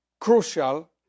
crucial